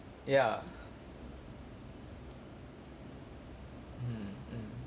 ya mm mm